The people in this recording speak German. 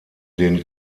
den